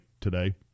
today